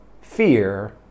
fear